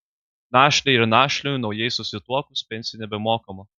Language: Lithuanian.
našlei ar našliui naujai susituokus pensija nebemokama